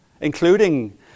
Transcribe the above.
including